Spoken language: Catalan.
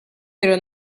però